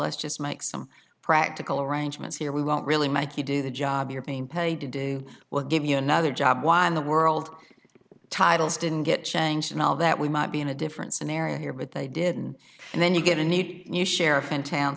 let's just make some practical arrangements here we won't really make you do the job you're being paid to do we'll give you another job why in the world titles didn't get changed all that we might be in a different scenario here but they didn't and then you get a need a new sheriff in town